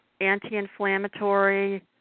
anti-inflammatory